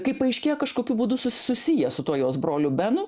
kaip paaiškėja kažkokiu būdu sus susiję su tuo jos broliu benu